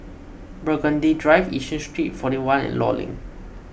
Burgundy Drive Yishun Street forty one and Law Link